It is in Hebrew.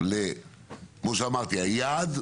כמו שאמרתי היעד,